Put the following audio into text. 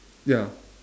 ya